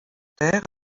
terres